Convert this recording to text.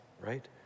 right